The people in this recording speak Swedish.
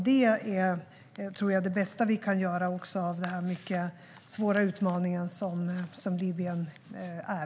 Det tror jag är det bästa vi kan göra när det gäller den svåra utmaning som Libyen är.